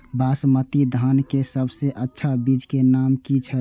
बासमती धान के सबसे अच्छा बीज के नाम की छे?